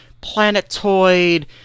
planetoid